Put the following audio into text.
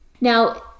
now